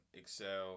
excel